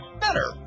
better